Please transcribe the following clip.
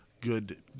good